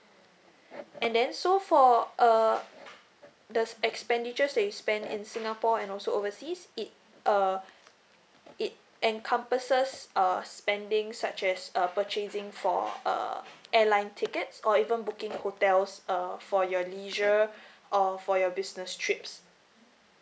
and then so for uh the spent expenditures that you spend in singapore and also overseas it uh it encompasses err spending such as err purchasing for uh airline tickets or even booking the hotels err for your leisure or for your business trips